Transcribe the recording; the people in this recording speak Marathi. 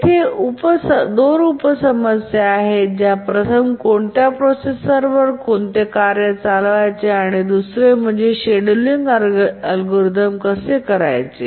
येथे 2 उप समस्या आहेत ज्या प्रथम कोणत्या प्रोसेसरवर कोणते कार्य चालवायचे आणि दुसरे म्हणजे शेड्यूलिंग अल्गोरिदम कसे चालवायचे